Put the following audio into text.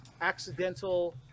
accidental